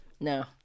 No